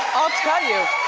i'll tell you,